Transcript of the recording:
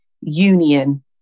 union